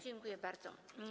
Dziękuję bardzo.